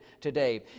today